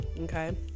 Okay